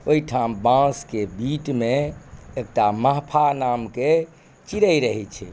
ओहिठाम बाँसके बीटमे एकटा महफा नामके चिड़ै रहय छै